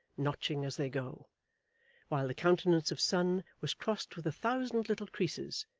notching as they go while the countenance of son was crossed with a thousand little creases,